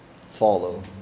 Follow